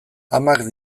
amak